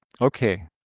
Okay